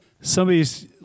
somebody's